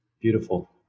Beautiful